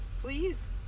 Please